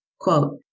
Quote